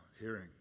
hearing